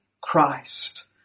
Christ